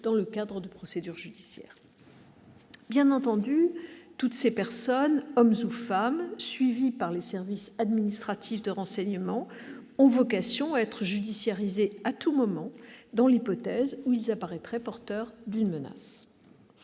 dans le cadre de procédures judiciaires. Bien entendu, toutes ces personnes, hommes ou femmes, suivies par les services administratifs ont vocation à être « judiciarisées » à tout moment, dans l'hypothèse où elles apparaîtraient comme représentant une menace.